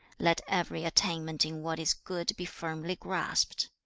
let every attainment in what is good be firmly grasped.